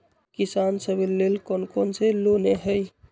किसान सवे लेल कौन कौन से लोने हई?